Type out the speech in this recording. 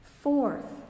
Fourth